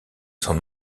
son